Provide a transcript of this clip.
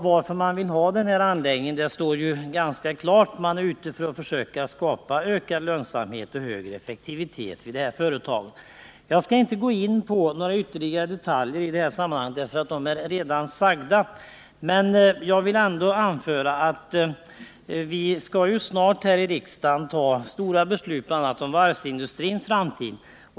Varför man vill ha den här målerianläggningen är ju ganska klart. Man är ute för att försöka skapa ökad lönsamhet och högre effektivitet vid det här företaget. Jag skall inte gå in på några ytterligare detaljer i detta sammanhang, eftersom de redan har belysts. Jag vill emellertid anföra att vi snart här i riksdagen skall fatta stora beslut om varvsindustrins framtid.